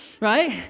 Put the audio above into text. right